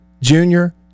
junior